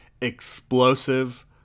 explosive